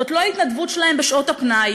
זאת לא ההתנדבות שלהם בשעות הפנאי,